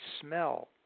smell